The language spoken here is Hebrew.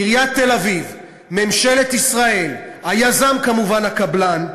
עיריית תל-אביב, ממשלת ישראל, היזם, כמובן, הקבלן,